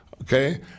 Okay